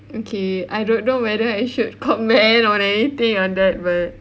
okay I don't know whether I should comment on anything on that but